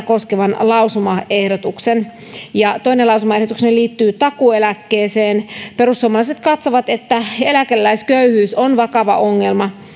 koskevan lausumaehdotuksen toinen lausumaehdotukseni liittyy takuueläkkeeseen perussuomalaiset katsovat että eläkeläisköyhyys on vakava ongelma